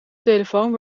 telefoon